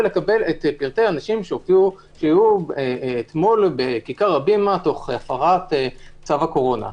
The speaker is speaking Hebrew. ולקבל את פרטי האנשים שהיו אתמול בכיכר הבימה תוך הפרת צו הקורונה.